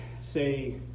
say